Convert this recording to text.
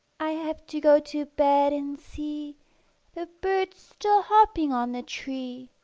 i have to go to bed and see the birds still hopping on the tree,